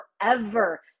forever